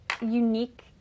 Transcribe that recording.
unique